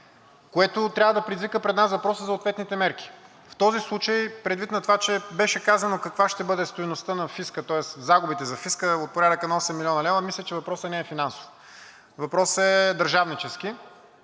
което трябва да предизвика у нас въпроса за ответните мерки. В този случай, предвид това, че беше казано каква ще бъде стойността на фиска, тоест загубата за фиска е от порядъка на 8 млн. лв., мисля, че въпросът не е финансов. Въпросът е държавнически.